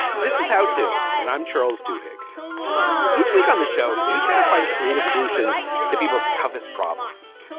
this is how to. and i'm charles to hege each week on the show. we try to find creative solutions to people's toughest problems